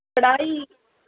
ਕੜਾਹੀ